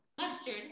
Mustard